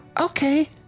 okay